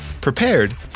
prepared